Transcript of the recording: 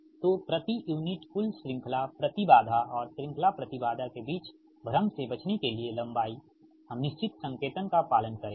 तो प्रति यूनिट कुल श्रृंखला प्रति बाधा और श्रृंखला प्रति बाधा के बीच भ्रम से बचने के लिए लंबाई हम निश्चित संकेतन का पालन करेंगे